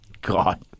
God